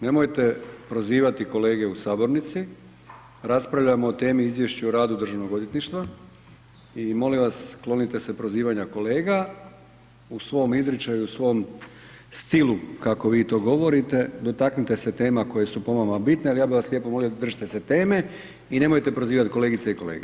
Nemojte prozivati kolege u sabornici, raspravljamo o temi Izvješće o radu državnog odvjetništva i molim vas klonite se prozivanja kolega u svom izričaju i u svom stilu kako vi to govorite dotaknite se tema koje su po vama bitne, ali ja bih vas lijepo molio držite se teme i nemojte prozivati kolegice i kolege.